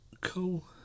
Cool